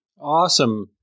Awesome